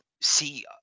see